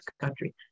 country